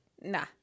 Nah